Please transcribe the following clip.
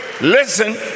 Listen